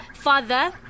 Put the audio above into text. Father